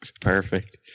Perfect